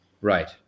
right